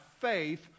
faith